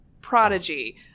prodigy